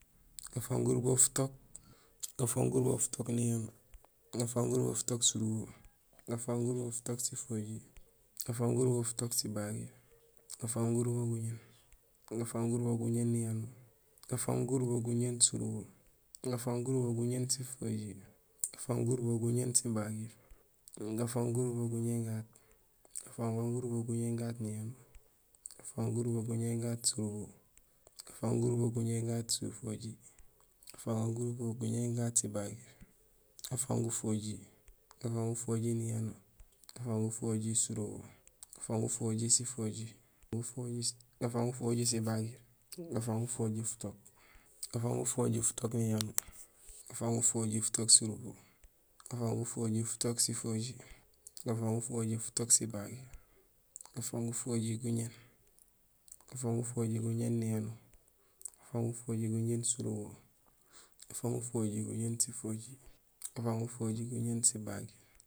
Gafang gurubo futook, gafang gurubo futook niyanuur, gafang gurubo futook surubo, gafang gurubo futook sifojiir, gafang gurubo futook sibagiir, gafang gurubo guñéén, gafang gurubo guñéén niyanuur, gafang gurubo guñéén surubo, gafang gurubo guñéén sifojiir, gafang gurubo guñéén sibagiir, gafang gurubo guñéén gaat, gafang gurubo guñéén gaat niaynuur, gafang gurubo guñéén gaat surubo, gafang gurubo guñéén gaat sifojiir, gafang gurubo guñéén gaat sibagiir, gafang gufojiir, gafang gufojiir niyanuur, gafang gufojiir surubo, gafang gufojiir sifojiir, gafang gufojiir sibagiir, gafang gufojiir futook, gafang gufojiir futook niyanuur, gafang gufojiir futook surubo, gafang gufojiir futook sifojiir, gafang gufojiir futook sibagiir, gafang gufojiir guñéén, gafang gufojiir guñéén niyanuur, gafang gufojiir guñéén surubo, gafang gufojiir guñéén sifojiir, gafang gufojiir guñéén sibagiir